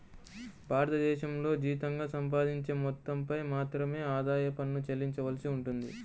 భారతదేశంలో జీతంగా సంపాదించే మొత్తంపై మాత్రమే ఆదాయ పన్ను చెల్లించవలసి ఉంటుంది